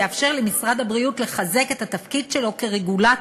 זה יאפשר למשרד הבריאות לחזק את התפקיד שלו כרגולטור,